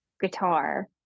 guitar